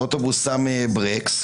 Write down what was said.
האוטובוס שם ברקס,